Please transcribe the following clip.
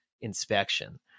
inspection